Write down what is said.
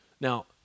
Now